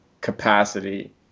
capacity